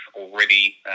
already